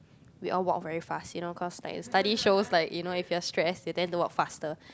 we all walk very fast you know cause like study shows like you know if you're stress you tend to walk faster